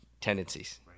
tendencies